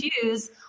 choose